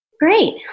Great